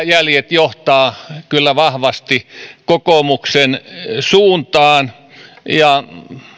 jäljet johtavat kyllä vahvasti kokoomuksen suuntaan ja